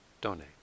donate